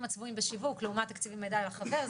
הצבועים בשיווק לעומת תקציבי מידע לחבר.